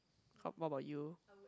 how bout you